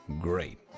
Great